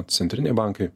centriniai bankai